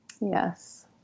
Yes